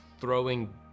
throwing